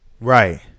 Right